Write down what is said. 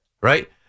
right